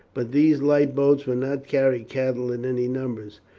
but these light boats would not carry cattle in any numbers,